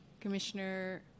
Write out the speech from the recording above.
Commissioner